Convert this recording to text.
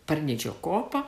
parnidžio kopą